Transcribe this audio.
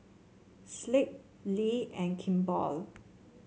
Schick Lee and Kimball